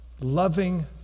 loving